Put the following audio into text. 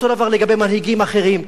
אותו הדבר לגבי מנהיגים אחרים,